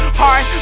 hard